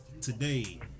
today